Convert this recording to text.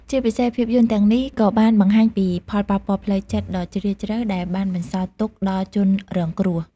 ជាពិសេសភាពយន្តទាំងនេះក៏បានបង្ហាញពីផលប៉ះពាល់ផ្លូវចិត្តដ៏ជ្រាលជ្រៅដែលបានបន្សល់ទុកដល់ជនរងគ្រោះដែរ។